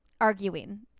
arguing